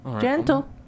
gentle